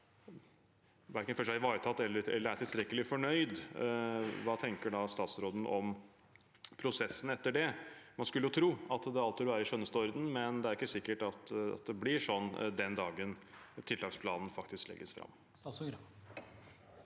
verken føler seg ivaretatt eller er tilstrekkelig fornøyd når planen kommer, hva tenker da statsråden om prosessen etter det? Man skulle tro at alt vil være i skjønneste orden, men det er ikke sikkert at det blir sånn den dagen tiltaksplanen faktisk legges fram.